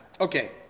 Okay